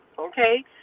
Okay